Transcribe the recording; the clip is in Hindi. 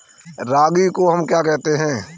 रागी को हम क्या कहते हैं?